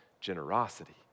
generosity